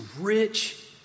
rich